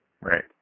Right